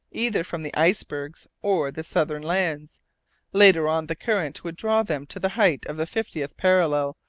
either from the icebergs or the southern lands later on, the current would draw them to the height of the fiftieth parallel,